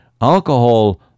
alcohol